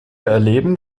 erleben